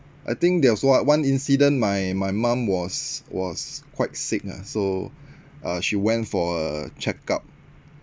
I think there was on~ one incident my my mum was was quite sick ah so uh she went for a check-up